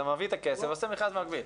אתה מביא את הכסף ועושה מכרז במקביל.